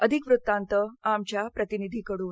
अधिक वृत्तांत आमच्या प्रतिनिधीकडून